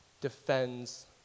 defends